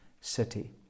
city